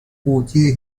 قوطی